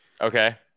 Okay